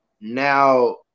now